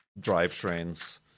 drivetrains